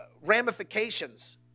ramifications